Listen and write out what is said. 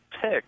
pick